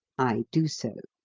i do so.